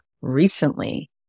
recently